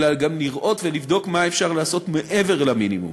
אלא גם לראות ולבדוק מה אפשר לעשות מעבר למינימום.